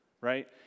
Right